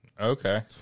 Okay